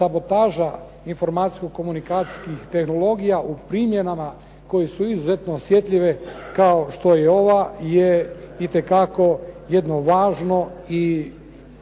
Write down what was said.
sabotaža informacijsko-komunikacijskih tehnologija u primjenama koje su izuzetno osjetljive kao što je ova, je itekako jedno važno i